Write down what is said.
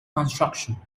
construction